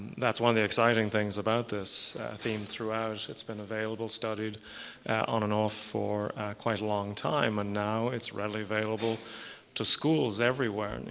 that's one of the exciting things about this theme throughout. it's been available, studied on and off for quite a long time. and now it's readily available to schools everywhere,